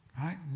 Right